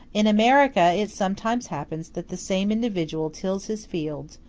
in america it sometimes happens that the same individual tills his field,